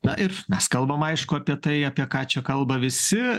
na ir mes kalbam aišku apie tai apie ką čia kalba visi